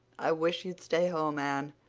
i wish you'd stay home, anne.